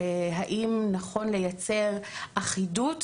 האם נכון לייצר אחידות,